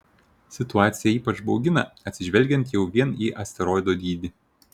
situacija ypač baugina atsižvelgiant jau vien į asteroido dydį